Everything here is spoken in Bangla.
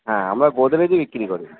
হ্যাঁ আমরা গোদরেজই বিক্রি করি